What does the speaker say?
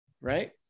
right